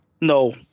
no